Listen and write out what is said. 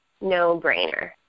no-brainer